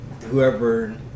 Whoever